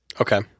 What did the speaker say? Okay